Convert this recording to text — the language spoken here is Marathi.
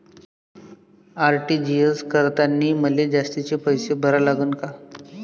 आर.टी.जी.एस करतांनी मले जास्तीचे पैसे भरा लागन का?